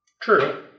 True